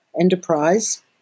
enterprise